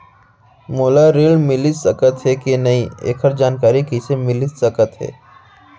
मोला ऋण मिलिस सकत हे कि नई एखर जानकारी कइसे मिलिस सकत हे?